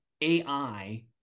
AI